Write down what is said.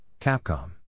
Capcom